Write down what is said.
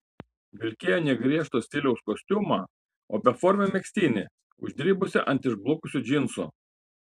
vilkėjo ne griežto stiliaus kostiumą o beformį megztinį uždribusį ant išblukusių džinsų